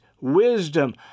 wisdom